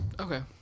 Okay